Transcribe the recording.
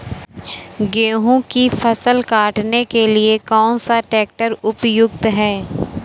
गेहूँ की फसल काटने के लिए कौन सा ट्रैक्टर उपयुक्त है?